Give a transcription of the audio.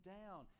down